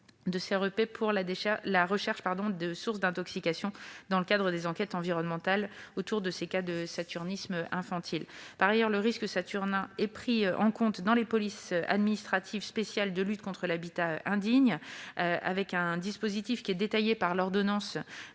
de CREP pour la recherche de sources d'intoxications dans le cadre des enquêtes environnementales autour de cas de saturnisme infantile. Par ailleurs, le risque saturnin est pris en compte dans les polices administratives spéciales de lutte contre l'habitat indigne. Ce dispositif est détaillé dans l'ordonnance